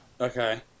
Okay